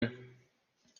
nan